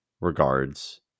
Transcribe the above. regards